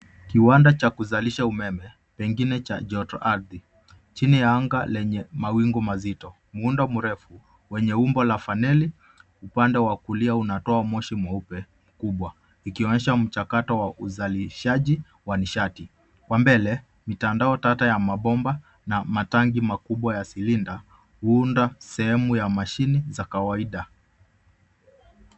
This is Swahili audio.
Kiwanda cha kuzalisha umeme pengine cha joto ardhi, chini ya anga lenye mawingu mazito. Muundo mrefu wenye umbo la faneli, upande wa kulia unatoa moshi mweupe kubwa ikionyesha machakato wa uzalishaji wa nishati. Kwa mbele mitandao tata ya mabomba na matangi makubwa ya silinda huunda sehemu ya mashini za kawaida.